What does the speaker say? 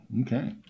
okay